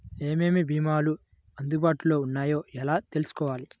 ఏమేమి భీమాలు అందుబాటులో వున్నాయో ఎలా తెలుసుకోవాలి?